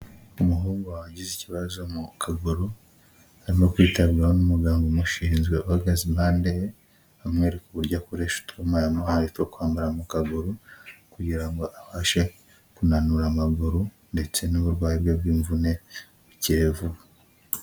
Umuhungu wagize ikibazo mu kaguru arimo kwitabwaho n'umuganga umushinzwe uhagaze impande ye, amwereka uburyo akoresha utwuma yamuhaye two kwambara mu kaguru kugira ngo abashe kunanura amaguru ndetse n'uburwayi bwe bw'imvune bukire vuba.